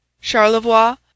Charlevoix